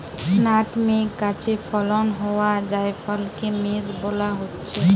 nutmeg গাছে ফলন হোয়া জায়ফলকে মেস বোলা হচ্ছে